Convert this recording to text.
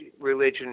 religion